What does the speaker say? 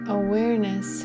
awareness